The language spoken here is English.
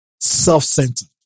self-centered